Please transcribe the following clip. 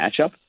matchup